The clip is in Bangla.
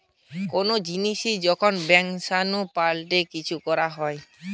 কোন জিনিসের যখন বংশাণু পাল্টে কিছু করা হয়